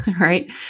right